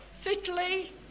fitly